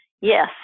Yes